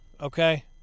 okay